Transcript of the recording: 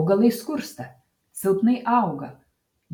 augalai skursta silpnai auga